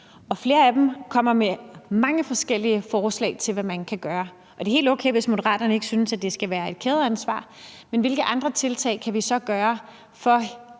Flere af dem kommer med mange forskellige forslag til, hvad man kan gøre. Det er helt okay, hvis Moderaterne ikke synes, at det skal være et kædeansvar, men hvilke andre tiltag kan vi så lave for